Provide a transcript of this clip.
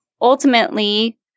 ultimately